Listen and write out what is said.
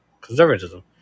conservatism